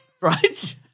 Right